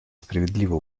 справедливо